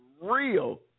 real